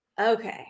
okay